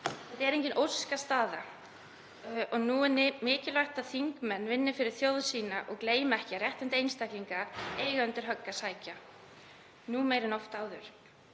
Það er engin óskastaða. Nú er mikilvægt að þingmenn vinni fyrir þjóð sína og gleymi ekki að réttindi einstaklinga eiga undir högg að sækja, nú meira en oft áður.